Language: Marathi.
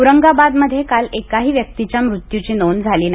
औरंगाबाद मध्ये काल एकाही व्यक्तीच्या मृत्यूची नोंद झाली नाही